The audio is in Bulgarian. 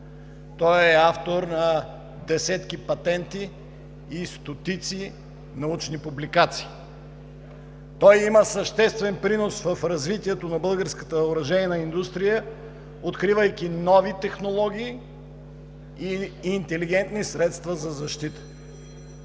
Той е автор на десетки патентни и стотици научни публикации. Той има съществен принос в развитието на българската оръжейна индустрия, откривайки нови технологии и интелигентни средства за защита.